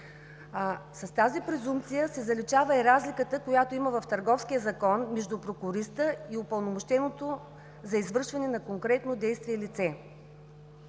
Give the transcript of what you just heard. С тази презумпция се заличава и разликата, която има в Търговския закон между прокуриста и упълномощеното за извършване на конкретно действие лице.